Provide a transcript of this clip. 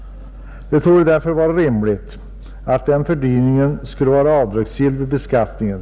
Det är rimligt att denna fördyring är avdragsgill vid beskattningen.